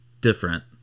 different